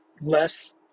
less